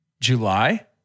July